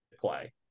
play